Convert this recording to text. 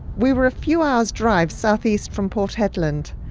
we were a few hours drive south-east from port hedland,